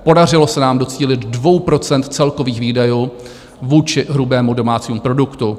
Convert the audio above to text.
Podařilo se nám docílit 2 % celkových výdajů vůči hrubému domácímu produktu.